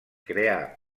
crear